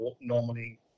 normally